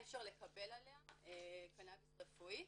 אי אפשר לקבל עליה קנאביס רפואי.